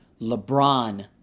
LeBron